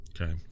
Okay